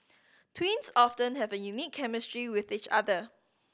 twins often have a unique chemistry with each other